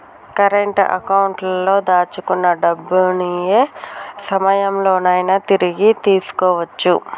current అకౌంట్లో దాచుకున్న డబ్బుని యే సమయంలోనైనా తిరిగి తీసుకోవచ్చు